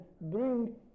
bring